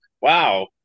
wow